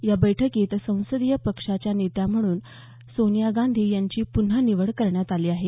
या बैठकीत संसदीय पक्षाच्या नेत्या म्हणून सोनिया गांधी यांची पुन्हा निवड करण्यात आली आहे